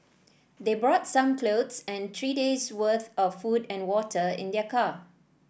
they brought some clothes and three day's worth of food and water in their car